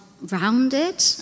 Rounded